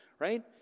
right